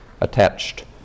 attached